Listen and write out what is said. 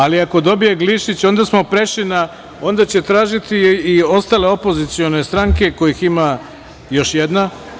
Ako dobije Glišić, onda smo prešli, onda će tražiti i ostale opozicione stranke kojih ima još jedna.